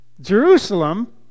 Jerusalem